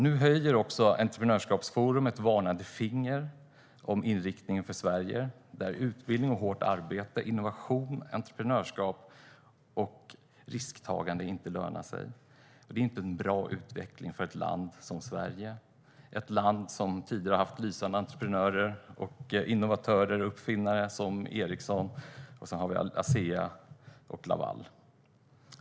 Nu höjer också Entreprenörsskapsforum ett varnande finger om inriktningen för Sverige, där utbildning och hårt arbete, innovation, entreprenörskap och risktagande inte lönar sig. Det är inte en bra utveckling för ett land som Sverige, ett land som tidigare har haft lysande entreprenörer, innovatörer och uppfinnare som Ericsson, och vi har också Asea och Laval.